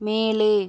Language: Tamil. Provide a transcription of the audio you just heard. மேலே